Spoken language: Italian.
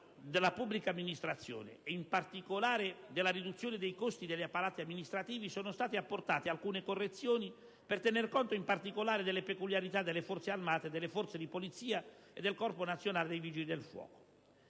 della pubblica amministrazione e in particolare della riduzione dei costi degli apparati amministrativi, sono state apportate alcune correzioni per tenere conto in particolare delle peculiarità delle Forze Armate, delle Forze di polizia e del Corpo nazionale dei Vigili del fuoco.